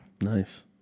Nice